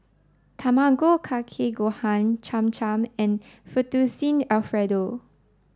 Tamago Kake Gohan Cham Cham and Fettuccine Alfredo